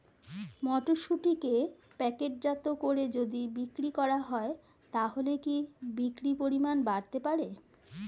মটরশুটিকে প্যাকেটজাত করে যদি বিক্রি করা হয় তাহলে কি বিক্রি পরিমাণ বাড়তে পারে?